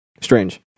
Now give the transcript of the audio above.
strange